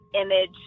image